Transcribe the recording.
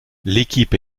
l’équipe